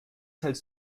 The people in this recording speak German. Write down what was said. hälst